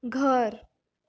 घर